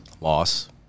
Loss